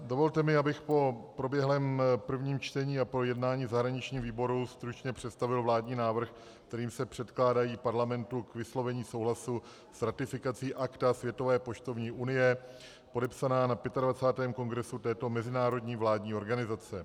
Dovolte mi, abych po proběhlém prvním čtení a po jednání v zahraničním výboru stručně představil vládní návrh, kterým se předkládají Parlamentu k vyslovení souhlasu s ratifikací Akta Světové poštovní unie, podepsaná na 25. kongresu této mezinárodní vládní organizace.